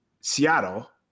Seattle